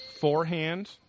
forehand